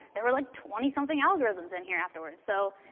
there were like twenty something algorithms in here afterwards. so,